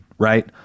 Right